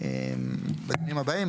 זה בדיונים הבאים.